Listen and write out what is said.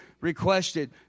requested